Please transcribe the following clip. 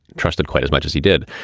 trusted quite as much as he did.